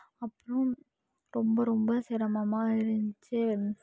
அப்புறோம் ரொம்ப ரொம்ப சிரமமாக இருந்துச்சு